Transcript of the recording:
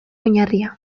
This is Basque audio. oinarria